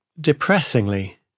Depressingly